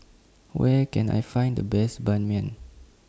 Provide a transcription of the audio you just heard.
Where Can I Find The Best Ban Mian